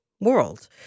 world